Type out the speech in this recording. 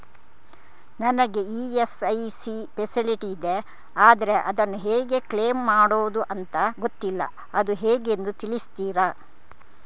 ನನಗೆ ESIC facility ಇದೆ ಆದ್ರೆ ಅದನ್ನು ಹೇಗೆ ಕ್ಲೇಮ್ ಮಾಡೋದು ಅಂತ ಗೊತ್ತಿಲ್ಲ ಅದು ಹೇಗೆಂದು ತಿಳಿಸ್ತೀರಾ?